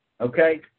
okay